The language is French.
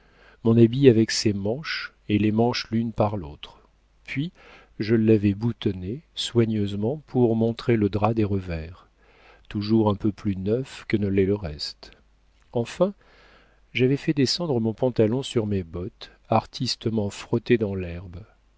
mon habit avec ses manches et les manches l'une par l'autre puis je l'avais boutonné soigneusement pour montrer le drap des revers toujours un peu plus neuf que ne l'est le reste enfin j'avais fait descendre mon pantalon sur mes bottes artistement frottées dans l'herbe